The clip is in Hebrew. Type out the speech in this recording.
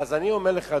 אז אני אומר לך,